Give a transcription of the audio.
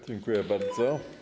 Dziękuję bardzo.